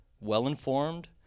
well-informed